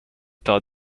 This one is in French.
par